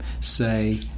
say